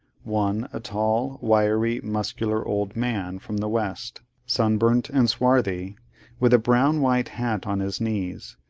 one, a tall, wiry, muscular old man, from the west sunburnt and swarthy with a brown white hat on his knees,